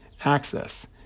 access